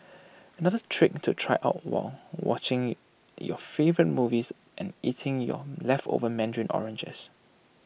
another trick to try out while watching your favourite movies and eating your leftover Mandarin oranges